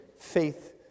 faith